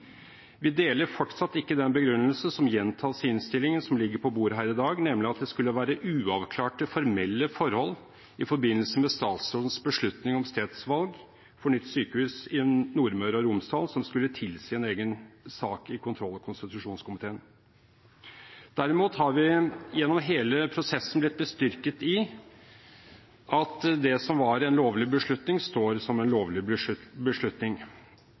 Vi deler fortsatt ikke den begrunnelsen som gjentas i innstillingen som ligger på bordet her i dag, nemlig at det skulle være «uavklarte formelle forhold i forbindelse med statsrådens beslutning om stedsvalg for nytt sykehus i Nordmøre og Romsdal som skulle tilsi egen sak i kontroll- og konstitusjonskomiteen». Vi har gjennom hele prosessen blitt bestyrket i at det som var en lovlig beslutning, står som en lovlig beslutning.